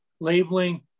labeling